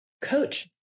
coach